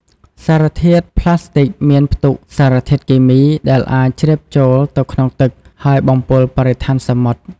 សារធាតុប្លាស្ទិកមានផ្ទុកសារធាតុគីមីដែលអាចជ្រាបចូលទៅក្នុងទឹក ហើយបំពុលបរិស្ថានសមុទ្រ។